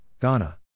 Ghana